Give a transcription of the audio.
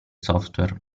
software